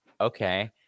okay